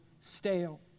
stale